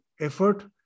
effort